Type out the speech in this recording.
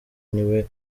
niwe